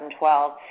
2012